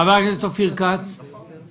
חבר הכנסת אופיר כץ, בבקשה.